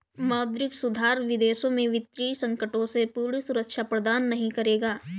मौद्रिक सुधार विदेशों में वित्तीय संकटों से पूर्ण सुरक्षा प्रदान नहीं करेगा